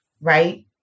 Right